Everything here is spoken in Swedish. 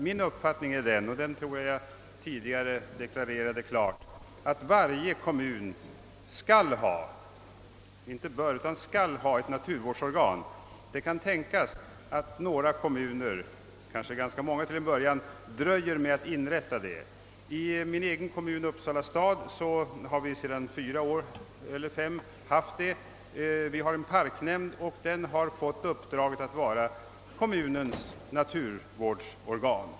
Min uppfattning är den, det har jag tidigare deklarerat, att varje kommun skall, inte bör, ha ett naturvårdsorgan. Det kan tänkas att några kommuner, kanske t.o.m. ganska många till en början, dröjer med att inrätta ett sådant. I min egen kommun, Uppsala stad, har sedan fyra eller fem år parknämnden fått uppdraget att vara kommunens naturvårdsorgan.